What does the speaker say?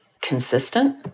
Consistent